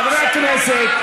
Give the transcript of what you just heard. חברי הכנסת,